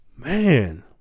Man